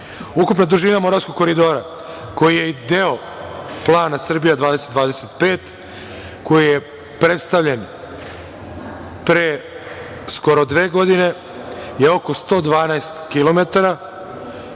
dužina Moravskog koridora, koji je i deo plana Srbija 20/25, koji je predstavljen pre skoro dve godine, je oko 112